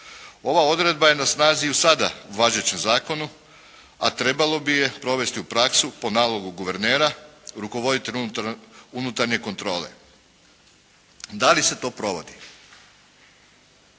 Ova odredba je na snazi i u sada važećem zakonu, a trebalo bi je provesti u praksu po nalogu guvernera, rukovoditelj unutarnje kontrole. Da li se to provodi?